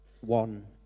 one